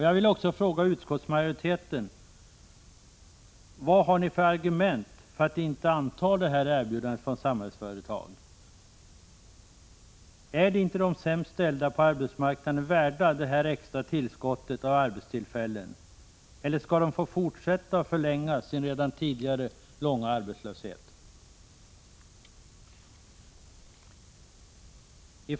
Sedan vill jag fråga företrädarna för utskottsmajoriteten: Vilka argument har ni för att inte anta erbjudandet från Samhällsföretag? Är inte de sämst ställda på arbetsmarknaden värda det här extra tillskottet av arbetstillfällen? Eller skall de tvingas fortsätta att förlänga en redan lång arbetslöshetsperiod?